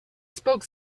spoke